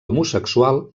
homosexual